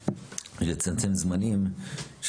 (ז)